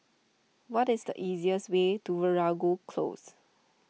what is the easiest way to Veeragoo Close